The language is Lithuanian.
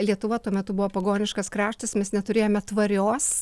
lietuva tuo metu buvo pagoniškas kraštas mes neturėjome tvarios